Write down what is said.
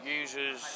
users